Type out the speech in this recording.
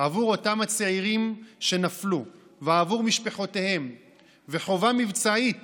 לאותם צעירים שנפלו ולמשפחותיהם וחובה מבצעית